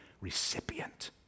recipient